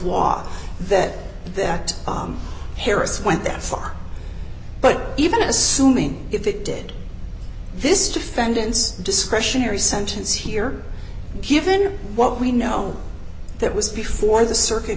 law that that harris went that far but even assuming if it did this defendant's discretionary sentence here given what we know that was before the circuit